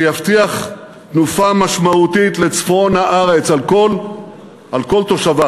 שיבטיח תנופה משמעותית לצפון הארץ על כל תושביו.